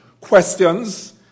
questions